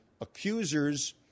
Accusers